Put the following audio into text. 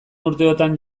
urteotan